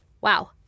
Wow